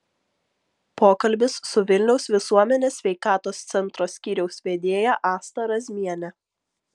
pokalbis su vilniaus visuomenės sveikatos centro skyriaus vedėja asta razmiene